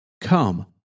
Come